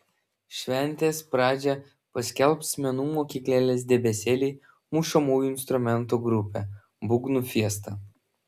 šventės pradžią paskelbs menų mokyklėlės debesėliai mušamųjų instrumentų grupė būgnų fiesta